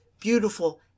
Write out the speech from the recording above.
beautiful